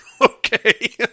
Okay